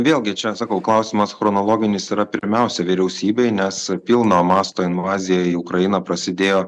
vėlgi čia sakau klausimas chronologinis yra pirmiausia vyriausybei nes pilno masto invazija į ukrainą prasidėjo